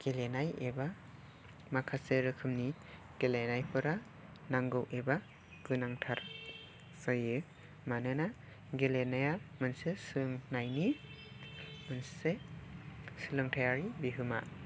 गेलेनाय एबा माखासे रोखोमनि गेलेनायफोरा नांगौ एबा गोनांथार जायो मानोना गेलेनाया मोनसे सोलोंनायनि मोनसे सोलोंथाइयारि बिहोमा